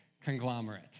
conglomerate